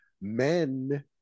men